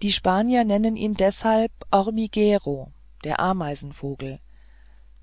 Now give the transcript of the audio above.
die spanier nennen ihn deshalb hormiguero der ameisenvogel